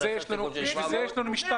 אחד עשה סגול של 700. בשביל זה יש לנו משטרה,